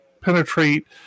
penetrate